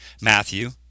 Matthew